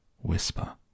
whisper